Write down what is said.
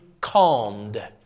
calmed